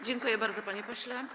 Dziękuję bardzo, panie pośle.